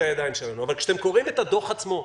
הידיים שלנו אבל כשאתם קוראים את הדוח עצמו,